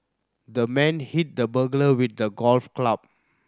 the man hit the burglar with a golf club